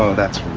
ah that's